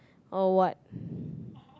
or what